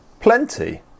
Plenty